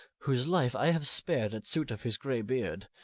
whose life i have spared at suit of his grey beard